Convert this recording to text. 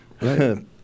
Right